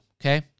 okay